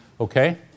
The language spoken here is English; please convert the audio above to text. Okay